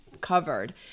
covered